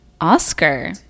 Oscar